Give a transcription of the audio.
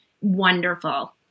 wonderful